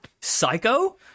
Psycho